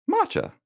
Matcha